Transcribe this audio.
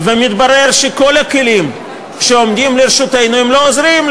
ומתברר שכל הכלים שעומדים לרשותנו לא עוזרים,